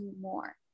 more